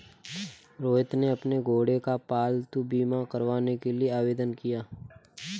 रोहित ने अपने घोड़े का पालतू बीमा करवाने के लिए आवेदन किया